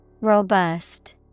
Robust